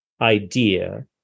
idea